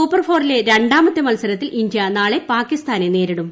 സൂപ്പർഫോറിലെ രണ്ടാമത്തെ മത്സരത്തിൽ ഇന്ത്യ നാളെ പാക്കിസ്ഥാനെ നേരിടും